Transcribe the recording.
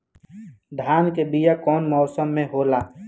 धान के बीया कौन मौसम में होला?